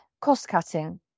cost-cutting